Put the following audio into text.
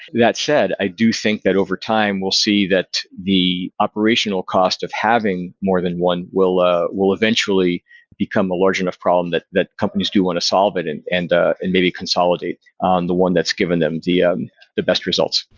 that said, i do think that over time we'll see that the operational cost of having more than one will ah will eventually become a large enough problem that that companies do want to solve it in and and maybe consolidate on the one that's giving them the um the best results.